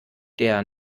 der